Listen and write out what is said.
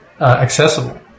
accessible